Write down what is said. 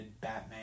Batman